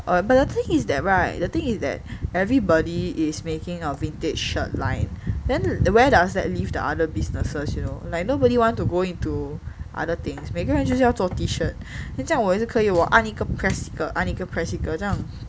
but the thing is that [right] the thing is that everybody is making a vintage shirt line then where does that leave the other businesses you know nobody want to go into other things 每个人就是要做 t-shirt then 这样我也是可以我按一个 press 一个按一个 press 一个